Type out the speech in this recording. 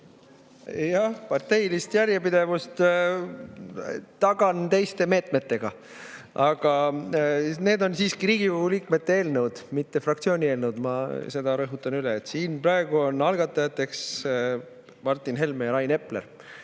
Jah, parteilist järjepidevust tagan teiste meetmetega. Aga need on siiski Riigikogu liikmete eelnõud, mitte fraktsiooni eelnõud. Ma seda rõhutan üle. Siin praegu on algatajateks Martin Helme ja Rain Epler.